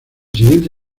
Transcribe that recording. siguiente